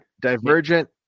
Divergent